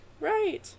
right